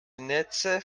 netze